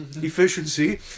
efficiency